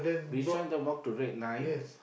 Bishan the walk to red line